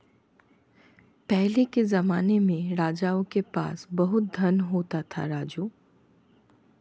पहले के जमाने में राजाओं के पास बहुत धन होता था, राजू